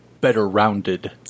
better-rounded